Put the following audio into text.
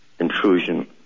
Intrusion